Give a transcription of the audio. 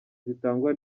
zitangwa